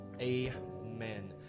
Amen